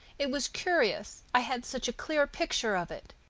it was curious. i had such a clear picture of it.